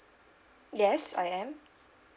yes I am